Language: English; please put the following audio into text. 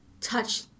touch